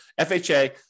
FHA